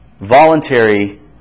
voluntary